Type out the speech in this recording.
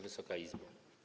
Wysoka Izbo!